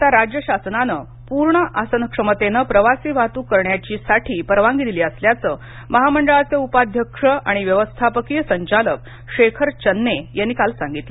आता राज्य शासनानं पूर्ण आसन क्षमतेनं प्रवासी वाहतूक करण्यासाठी परवानगी दिली असल्याचं महामंडळाचे उपाध्यक्ष आणि व्यवस्थापकीय संचालक शेखर चन्ने यांनी काल सांगितलं